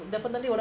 mm